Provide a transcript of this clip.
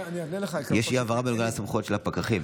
אבל יש אי-הבנה בנוגע לסמכויות של הפקחים.